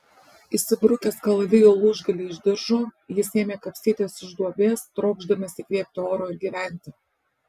įsibrukęs kalavijo lūžgalį už diržo jis ėmė kapstytis iš duobės trokšdamas įkvėpti oro ir gyventi